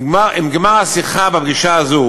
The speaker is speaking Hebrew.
עם גמר השיחה בפגישה הזאת